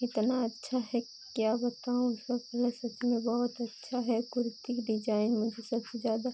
इतना अच्छा है क्या बताऊँ वह कलर सच में बहुत अच्छा है कुर्ती डिजाईन मुझे सबसे ज़्यादा